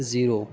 zero